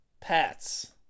pets